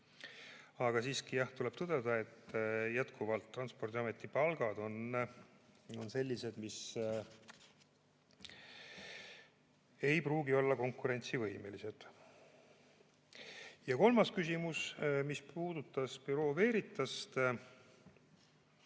Aga siiski tuleb tõdeda, et jätkuvalt Transpordiameti palgad on sellised, mis ei pruugi olla konkurentsivõimelised. Kolmas küsimus puudutab Bureau Veritast.